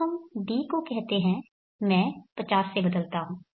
अब हम d को कहते हैं मैं 50 से बदलता हूं